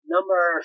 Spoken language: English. Number